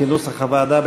כנוסח הוועדה,